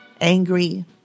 angry